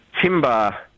timber